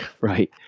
Right